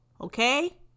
okay